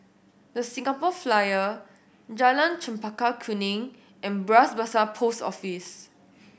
The Singapore Flyer Jalan Chempaka Kuning and Bras Basah Post Office